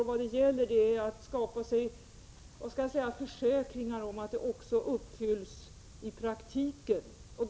Vad det gäller är att skapa sig försäkringar om att de också uppfylls i praktiken.